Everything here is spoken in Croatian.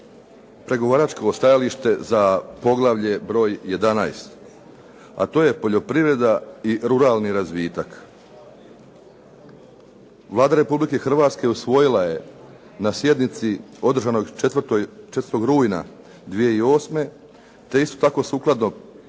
pregovaračko stajalište za poglavlje broj 11. a to je "Poljoprivreda i ruralni razvitak". Vlada Republike Hrvatske usvojila je na sjednici održanoj 4. rujna 2008. te isto tako sukladno